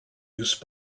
use